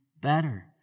better